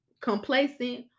complacent